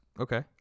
Okay